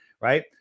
right